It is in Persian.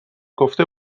گفته